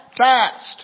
fast